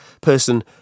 person